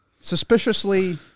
suspiciously